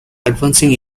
advancing